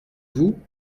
vous